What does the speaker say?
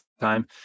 time